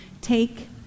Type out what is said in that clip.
Take